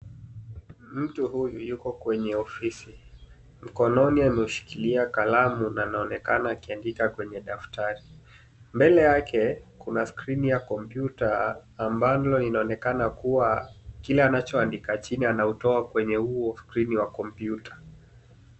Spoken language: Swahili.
Mtu huyu yuko kwenye ofisi. Mkononi ameushikilia kalamu na anaonekana akiandika kwenye daftari. Mbele yake kuna skrini ya kompyuta ambalo linaonekana kuwa kile anachoandika chini anautoa kwenye huo skrini wa kompyuta.